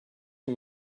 you